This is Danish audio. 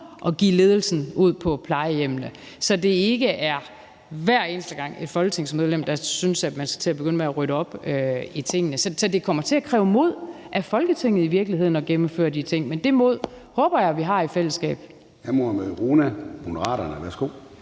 at give ledelsen ud på plejehjemmene, så det ikke er sådan, at det er hver eneste gang, når et folketingsmedlem synes, at man skal til at begynde med at rydde op i tingene. Så det kommer i virkeligheden til at kræve mod af Folketinget at gennemføre de ting, men det mod håber jeg vi i fællesskab